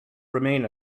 remain